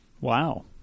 Wow